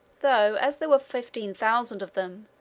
though, as there were fifteen thousand of them,